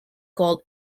called